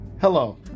Hello